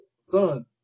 son